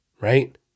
right